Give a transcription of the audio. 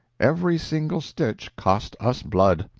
every single stitch cost us blood.